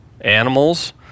animals